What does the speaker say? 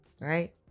right